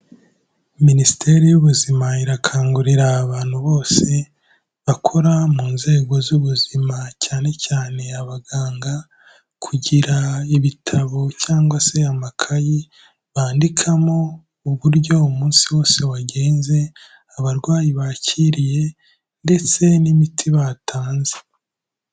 Minisiteri y'ubuzima, irakangurira abantu bose, bakora mu nzego z'ubuzima, cyane cyane abaganga, kugira ibitabo cyangwa se amakayi, bandikamo uburyo umunsi wose wagenze, abarwayi bakiriye, ndetse n'imiti batanze.